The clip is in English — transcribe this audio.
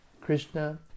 Krishna